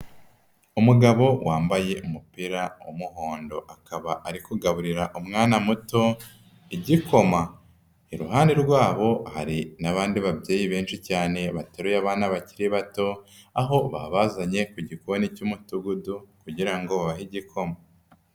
Umugabo wambaye umupira w'umuhondo, akaba ari kugaburira umwana muto igikoma, iruhande rwabo hari n'abandi babyeyi benshi cyane bateruye abana bakiri bato, aho babazanye ku gikoni cy'umudugudu kugira ngo babahe igikoma.